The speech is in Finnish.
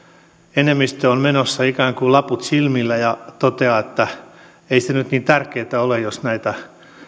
enemmistö on menossa ikään kuin laput silmillä ja toteaa että ei se nyt niin tärkeätä ole jos näitä